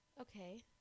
Okay